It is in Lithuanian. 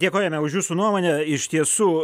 dėkojame už jūsų nuomonę iš tiesų